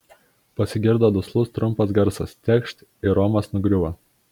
pasigirdo duslus trumpas garsas tekšt ir romas nugriuvo